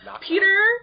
Peter